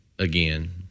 Again